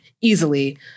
easily